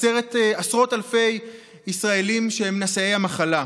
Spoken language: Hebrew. עשרות אלפי ישראלים שהם נשאי המחלה.